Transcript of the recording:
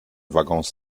waggons